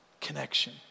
connection